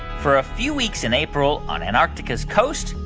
for a few weeks in april on antarctica's coast,